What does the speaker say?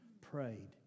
prayed